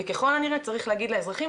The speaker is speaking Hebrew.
וככל הנראה צריך להגיד לאזרחים,